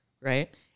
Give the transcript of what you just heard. Right